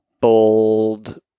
bold